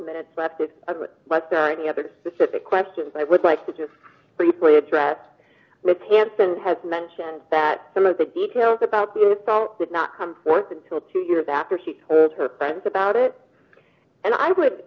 minutes left if there are any other specific questions i would like to just briefly address with hansen has mentioned that some of the details about could not come forth until two years after she told her friends about it and i would